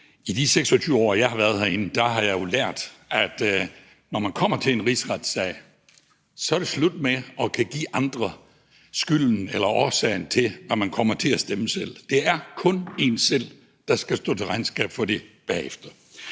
i de 26 år, jeg har været herinde, har jeg jo lært, at når det kommer til en rigsretssag, er det slut med at kunne give andre skylden for eller årsagen til, at man kommer til at stemme selv. Det er kun en selv, der skal stå til regnskab for det bagefter.